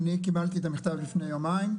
אני קיבלתי את המכתב לפני יומיים,